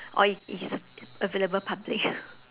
or it it is a available public